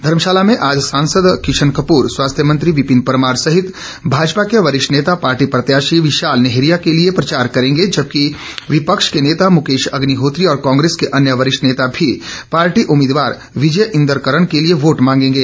धर्मशाला में आज सांसद किशन कपूर स्वास्थ्य मंत्री विपिन परमार सहित भाजपा के वरिष्ठ नेता पार्टी प्रत्याशी विशाल नैहरिया के लिए प्रचार करेंगे जबकि विपक्ष के नेता मुकेश अग्निहोत्री और कांग्रेस के अन्य वरिष्ठ नेता भी पार्टी उम्मीदवार विजय इंद्र करण के लिए वोट मांगेंगे